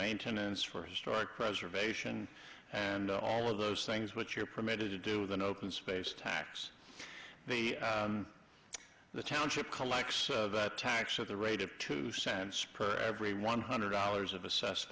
maintenance for historic preservation and all of those things which are permitted to do with an open space tax the the township collects the tax at the rate of two cents per every one hundred dollars of assessed